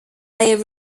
layer